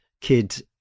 Kid